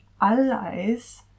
allies